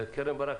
וקרן ברק,